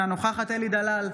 אינה נוכחת אלי דלל,